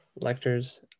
lectures